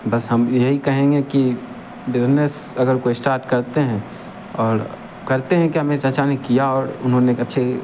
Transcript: बस हम यही कहेंगे कि बिजनेस अगर कोई इस्टार्ट करते हैं और करते हैं क्या मेरे चाचा ने किया और उन्होंने एक अच्छे